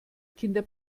kinder